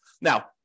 Now